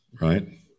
right